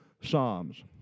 Psalms